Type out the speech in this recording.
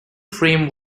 frame